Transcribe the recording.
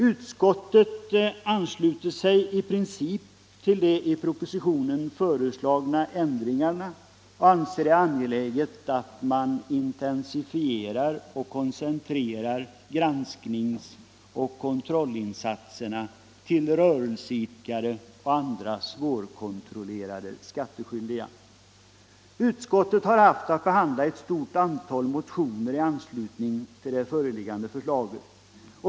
Utskottet ansluter sig i princip till de i propositionen föreslagna ändringarna och anser det angeläget att man intensifierar och koncentrerar granskningsoch kontrollinsatserna till rörelseidkare och andra svårkontrollerade skattskyldiga. Utskottet har haft att behandla ett stort antal motioner i anslutning till föreliggande förslag.